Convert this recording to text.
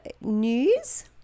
news